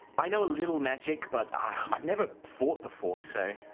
i know a little magic, but i've never fought before, so.